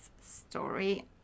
story